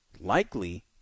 likely